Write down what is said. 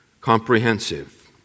Comprehensive